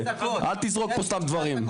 אל תזרוק פה סתם דברים.